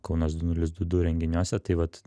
kaunas du nulis du du renginiuose tai vat